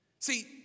See